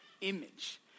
image